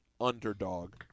underdog